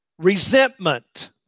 Resentment